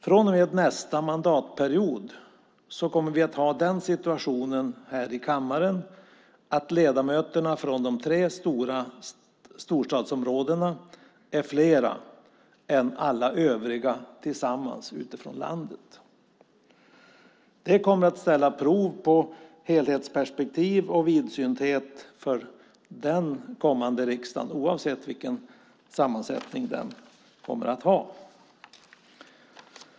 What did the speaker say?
Från och med nästa mandatperiod kommer vi att ha den situationen här i kammaren att ledamöterna från de tre storstadsområdena är flera än alla övriga tillsammans utifrån landet. Det kommer att ställa prov på helhetsperspektiv och vidsynthet hos den kommande riksdagen, oavsett vilken sammansättning den kommer att ha.